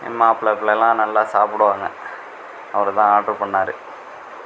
மாப்பிள பிள்ளல்லாம் நல்லா சாப்பிடுவாங்க அவருதான் ஆர்ட்ரு பண்ணார்